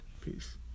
Peace